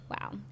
Wow